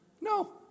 No